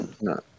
no